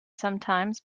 sometimes